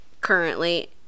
currently